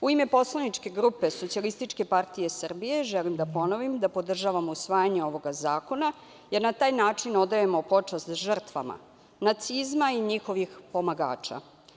U ime poslaničke grupe SPS želim da ponovim da podržavamo usvajanje ovog zakona, jer na taj način odajemo počast žrtvama nacizma i njihovih pomagača.